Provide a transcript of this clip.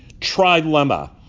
trilemma